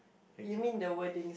you mean the wording